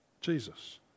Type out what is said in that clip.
Jesus